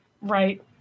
Right